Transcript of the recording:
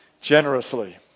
generously